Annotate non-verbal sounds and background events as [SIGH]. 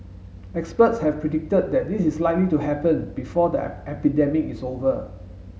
experts have predicted that this is likely to happen before the [HESITATION] epidemic is over